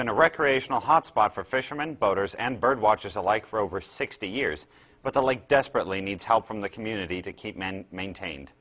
been a recreational hotspot for fishermen boaters and bird watchers alike for over sixty years but the like desperately needs help from the community to keep men maintained